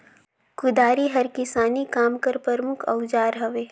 कुदारी हर किसानी काम कर परमुख अउजार हवे